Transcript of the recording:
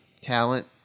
talent